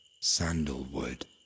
sandalwood